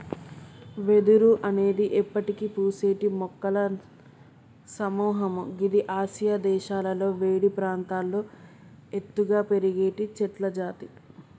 వెదురు అనేది ఎప్పటికి పూసేటి మొక్కల సముహము గిది ఆసియా దేశాలలో వేడి ప్రాంతాల్లో ఎత్తుగా పెరిగేటి చెట్లజాతి